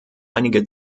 einige